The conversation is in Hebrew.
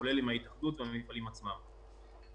כולל עם ההתאחדות והמפעלים עצמם.